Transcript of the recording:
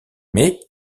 mais